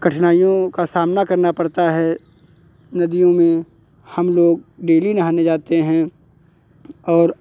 कठिनाइयों का सामना करना पड़ता है नदियों में हम लोग डेली नहाने जाते हैं और